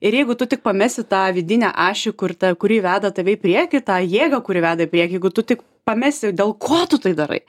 ir jeigu tu tik pamesi tą vidinę ašį kur ta kurį veda tave į priekį tą jėgą kuri veda į priekį jeigu tu tik pamesi dėl ko tu tai darai